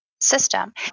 system